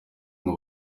ngo